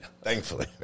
thankfully